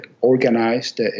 organized